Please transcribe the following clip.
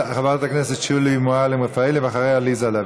חברת הכנסת שולי מועלם-רפאלי, ואחריה, עליזה לביא.